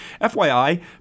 FYI